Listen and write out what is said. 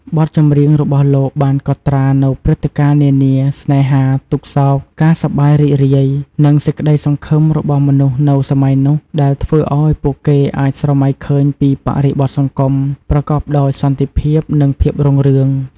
បទចម្រៀងរបស់លោកបានកត់ត្រានូវព្រឹត្តិការណ៍នានា ស្នេហា ទុក្ខសោក ការសប្បាយរីករាយ និងសេចក្ដីសង្ឃឹមរបស់មនុស្សនៅសម័យនោះ ដែលធ្វើឲ្យពួកគេអាចស្រមៃឃើញពីបរិបទសង្គមប្រកបដោយសន្តិភាព និងភាពរុងរឿង។